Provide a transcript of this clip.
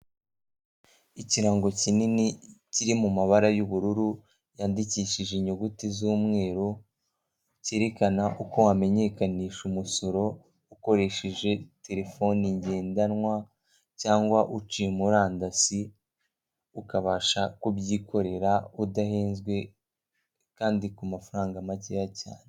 Ikirango kinini kiri mu mabara y'ubururu yandikishije inyuguti z'umweru cyerekana uko wamenyekanisha umusoro ukoresheje telefone ngendanwa, cyangwa uciye murandasi ukabasha kubyikorera udahezwe kandi ku mafaranga makeya cyane.